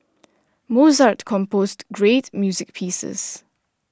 Mozart composed great music pieces